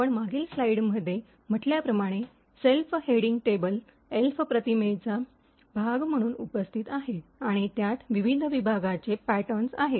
आपण मागील स्लाइडमध्ये म्हटल्याप्रमाणे सेल्फ हेडिंग टेबल एल्फ प्रतिमेचा भाग म्हणून उपस्थित आहे आणि त्यात विविध विभागांचे पॉईंटर्स आहेत